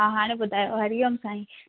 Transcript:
हा हाणे ॿुधायो हरिओम साईं